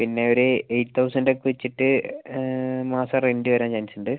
പിന്നെ ഒരു eight thousand ഒക്കെ വെച്ചിട്ട് മാസം റെന്റ് വരാൻ ചാൻസ് ഉണ്ട്